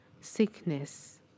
Sickness